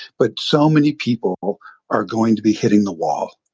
but so many people are going to be hitting the wall.